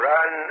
Run